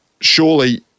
surely